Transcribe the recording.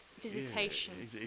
visitation